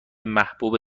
محبوب